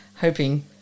hoping